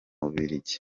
bubirigi